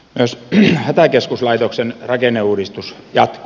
myös hätäkeskuslaitoksen rakenneuudistus jatkuu